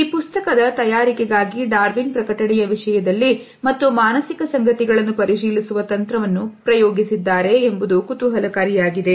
ಈ ಪುಸ್ತಕದ ತಯಾರಿಕೆಗಾಗಿ ಡಾರ್ವಿನ್ ಪ್ರಕಟಣೆಯ ವಿಷಯದಲ್ಲಿ ಮತ್ತು ಮಾನಸಿಕ ಸಂಗತಿಗಳನ್ನು ಪರಿಶೀಲಿಸುವ ತಂತ್ರವನ್ನು ಪ್ರಯೋಗಿಸಿದ್ದಾರೆ ಎಂಬುದು ಕುತೂಹಲಕಾರಿಯಾಗಿದೆ